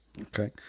Okay